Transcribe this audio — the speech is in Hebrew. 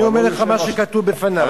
אני אומר לך מה שכתוב בפני.